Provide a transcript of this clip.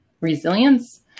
Resilience